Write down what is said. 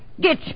Get